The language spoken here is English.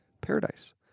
paradise